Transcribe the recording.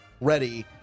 ready